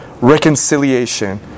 reconciliation